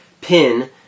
pin